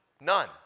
None